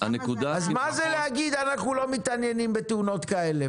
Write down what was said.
אז מה זה להגיד אנחנו לא מתעניינים בתאונות כאלה?